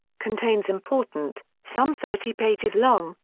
contains important, some thirty pages long,